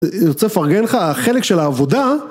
אני רוצה לפרגן לך חלק של העבודה